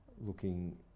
looking